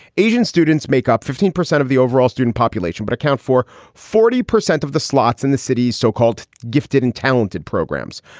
asian students make up fifteen percent of the overall student population, but account for forty percent of the slots in the city's so-called gifted and talented programs.